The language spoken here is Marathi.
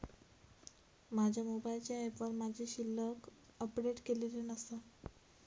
माझ्या मोबाईलच्या ऍपवर माझी शिल्लक अपडेट केलेली नसा